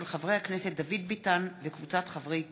של חבר הכנסת דוד ביטן וקבוצת חברי הכנסת.